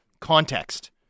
context